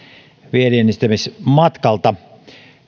vienninedistämismatkalta